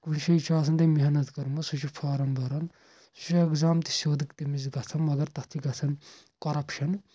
کُنہِ جایہِ چھِ آسان تٔمۍ محنت کٔرمٕژ سُہ چھُ فارم بران سُہ چھُ ایٚگزام تہِ سیٚود تٔمِس گژھان مگر تتھ چھِ گژھان کۄرپشن